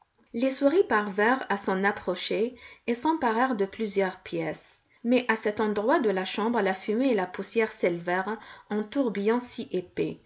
les souris parvinrent à s'en approcher et s'emparèrent de plusieurs pièces mais à cet endroit de la chambre la fumée et la poussière s'élevèrent en tourbillons si épais